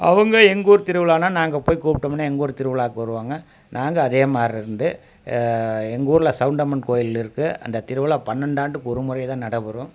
அவங்க எங்கள் ஊர் திருவிழான்னா நாங்கள் போய் கூப்பிட்டம்னா எங்கூர் திருவிழாவுக்கு வருவாங்க நாங்கள் அதே மாரி இருந்து எங்கூரில் சவுண்டம்மன் கோவில் இருக்குது அந்த திருவிழா பன்னெண்டாண்டுக்கு ஒரு முறை தான் நடைப்பெறும்